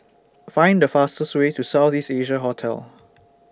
Find The fastest Way to South East Asia Hotel